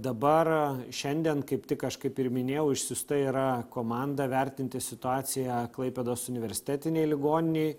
dabar šiandien kaip tik aš kaip ir minėjau išsiųsta yra komanda vertinti situaciją klaipėdos universitetinėj ligoninėj